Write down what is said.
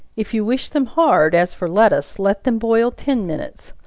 if you wish them hard, as for lettuce, let them boil ten minutes.